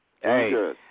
hey